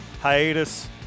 hiatus